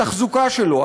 התחזוקה שלו,